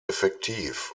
effektiv